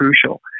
crucial